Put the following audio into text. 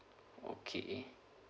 okay